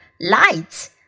Lights